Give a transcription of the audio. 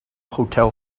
hotel